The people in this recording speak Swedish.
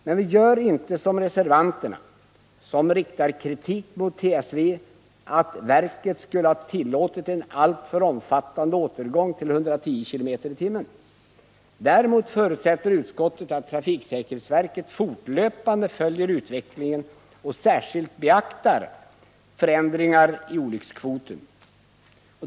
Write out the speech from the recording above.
Men vi gör inte som reservanterna, som riktar kritik mot trafiksäkerhetsverket för att verket skulle ha tillåtit en alltför omfattande återgång till 110 km/tim. Däremot förutsätter utskottet att trafiksäkerhetsverket fortlöpande följer utvecklingen och särskilt beaktar förändringar i olyckskvoten.